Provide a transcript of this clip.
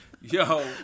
yo